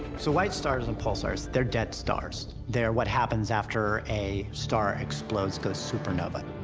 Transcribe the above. so, white stars and pulsars, they're dead stars. they're what happens after a star explodes, goes supernova.